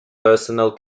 personal